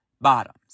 bottoms